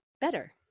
better